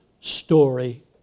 story